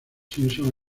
simpson